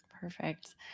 Perfect